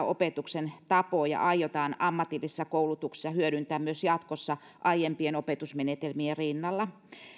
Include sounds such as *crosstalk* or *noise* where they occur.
*unintelligible* opetuksen tapoja aiotaan ammatillisessa koulutuksessa hyödyntää myös jatkossa aiempien opetusmenetelmien rinnalla